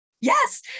yes